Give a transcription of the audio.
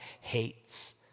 hates